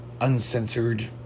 Uncensored